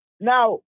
Now